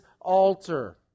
altar